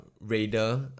radar